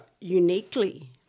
uniquely